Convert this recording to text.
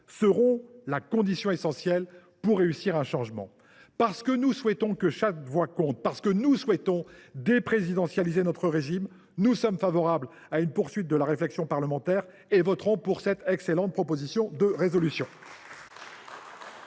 seront les conditions essentielles pour réussir un changement. Parce que, au groupe SER, nous souhaitons que chaque voix compte et voulons « déprésidentialiser » notre régime, nous sommes favorables à une poursuite de la réflexion parlementaire et nous voterons pour cette excellente proposition de résolution.